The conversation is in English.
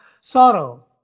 sorrow